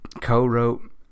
co-wrote